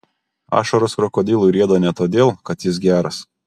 ašaros krokodilui rieda ne todėl kad jis geras